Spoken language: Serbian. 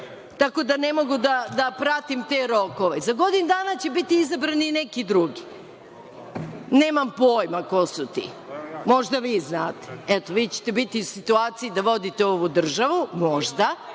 Tako da ne mogu da pratim te rokove.Za godinu dana će biti izabrani neki drugi. Nemam pojma ko su ti? Možda vi znate. Eto, vi ćete biti u situaciji da vodite ovu državu, možda,